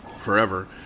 forever